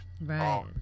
right